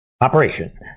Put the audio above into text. Operation